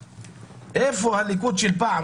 איפה הליכוד של פעם?